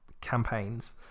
campaigns